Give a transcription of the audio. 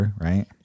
right